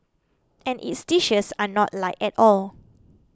and its dishes are not light at all